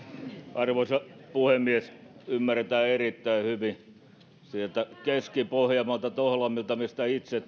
arvoisa puhemies ymmärretään erittäin hyvin hiljaiset ovat bussivuorot sieltä keski pohjanmaalta toholammilta mistä itse